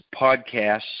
podcasts